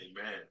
Amen